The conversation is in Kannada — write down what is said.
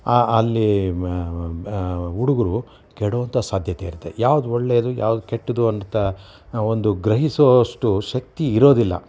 ಅಲ್ಲಿ ಹುಡುಗ್ರು ಕೆಡೋಂಥ ಸಾಧ್ಯತೆ ಇರತ್ತೆ ಯಾವುದು ಒಳ್ಳೆಯದು ಯಾವುದು ಕೆಟ್ಟದ್ದು ಅಂತ ಒಂದು ಗ್ರಹಿಸುವಷ್ಟು ಶಕ್ತಿ ಇರೋದಿಲ್ಲ